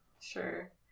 Sure